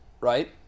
Right